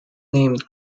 named